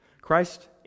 Christ